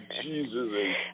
Jesus